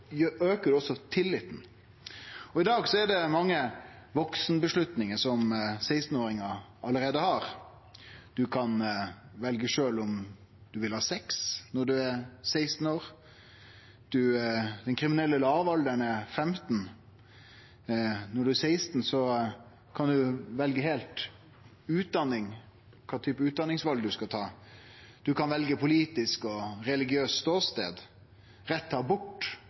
aukar ein også tilliten. Allereie i dag er det mange vaksenavgjerder som 16-åringar har: Ein kan sjølv velje om ein vil ha sex når ein er 16 år. Den kriminelle lågalderen er 15 år. Når ein er 16, kan ein velje kva utdanning ein vil ta. Ein kan velje politisk og religiøs ståstad. Rett til